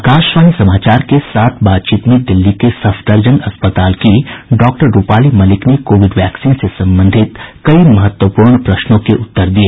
आकाशवाणी समाचार के साथ बातचीत में दिल्ली के सफदरजंग अस्पताल की डॉक्टर रूपाली मलिक ने कोविड वैक्सीन से संबंधित कई महत्वपूर्ण प्रश्नों के उत्तर दिए